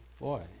Boy